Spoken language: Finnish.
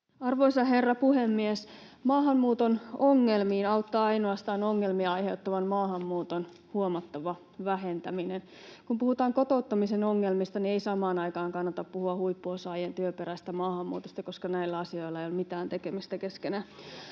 Arvoisa herra puhemies! Maahanmuuton ongelmiin auttaa ainoastaan ongelmia aiheuttavan maahanmuuton huomattava vähentäminen. Kun puhutaan kotouttamisen ongelmista, niin ei samaan aikaan kannata puhua huippuosaajien työperäisestä maahanmuutosta, koska näillä asioilla ei ole mitään tekemistä keskenään.